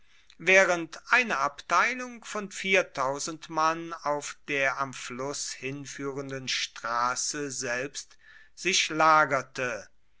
waehrend eine abteilung von mann auf der am fluss hinfuehrenden strasse selbst sich lagerte